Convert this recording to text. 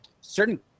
certain